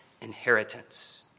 inheritance